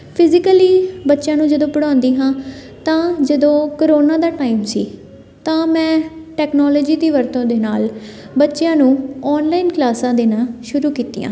physically ਬੱਚਿਆਂ ਨੂੰ ਜਦੋਂ ਪੜ੍ਹਾਉਂਦੀ ਹਾਂ ਤਾਂ ਜਦੋਂ ਕਰੋਨਾ ਦਾ ਟਾਈਮ ਸੀ ਤਾਂ ਮੈਂ ਟੈਕਨੋਲੋਜੀ ਦੀ ਵਰਤੋਂ ਦੇ ਨਾਲ ਬੱਚਿਆਂ ਨੂੰ ਔਨਲਾਈਨ ਕਲਾਸਾਂ ਦੇਣਾ ਸ਼ੁਰੂ ਕੀਤੀਆਂ